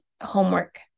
homework